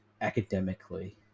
academically